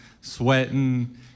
sweating